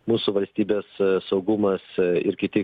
mūsų valstybės saugumas ir kiti